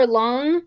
long